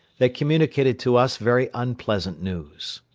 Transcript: they communicated to us very unpleasant news.